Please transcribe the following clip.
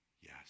Yes